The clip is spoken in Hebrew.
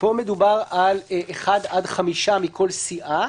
פה מדובר על אחד עד חמישה מכל סיעה,